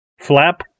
flap